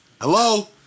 Hello